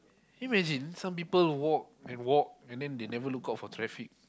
can you imagine some people walk and walk and then they never look out for traffic